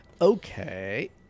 Okay